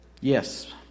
Yes